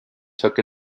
took